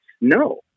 No